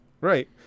Right